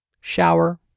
shower